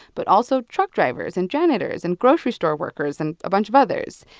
but also truck drivers and janitors and grocery store workers and a bunch of others.